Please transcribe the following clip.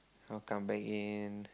I'll come back in